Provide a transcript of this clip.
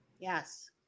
Yes